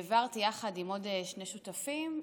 העברתי, יחד עם עוד שני שותפים,